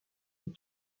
est